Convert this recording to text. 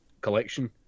collection